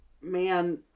man